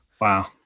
Wow